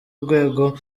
rwego